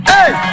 Hey